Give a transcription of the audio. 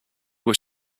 was